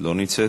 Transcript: לא נמצאת,